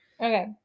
okay